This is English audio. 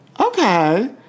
Okay